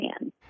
man